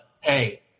hey